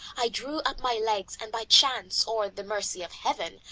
i drew up my legs and by chance or the mercy of heaven,